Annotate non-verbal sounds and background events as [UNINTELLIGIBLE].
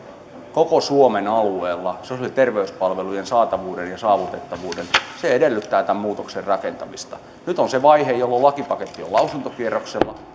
koko suomen alueella sosiaali ja terveyspalvelujen saatavuuden ja saavutettavuuden se edellyttää tämän muutoksen rakentamista nyt on se vaihe jolloin lakipaketti on lausuntokierroksella [UNINTELLIGIBLE]